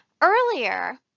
earlier